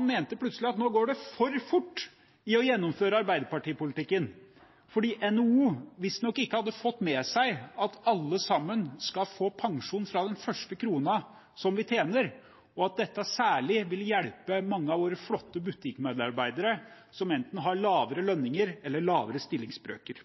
mente plutselig at nå går det for fort med å gjennomføre Arbeiderparti-politikken, fordi NHO visstnok ikke hadde fått med seg at alle sammen skal få pensjon fra den første krona de tjener, og at dette særlig vil hjelpe mange av våre flotte butikkmedarbeidere, som enten har lavere lønninger eller lavere stillingsbrøker.